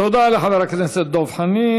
תודה לחבר הכנסת דב חנין.